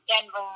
Denver